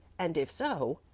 and if so,